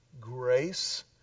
grace